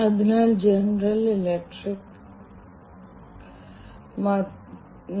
അതിനാൽ തുടക്കത്തിൽ നമുക്ക് കുറച്ച് ഉദാഹരണങ്ങൾ പരിഗണിക്കാം